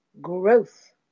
growth